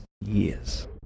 years